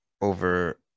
Over